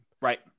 Right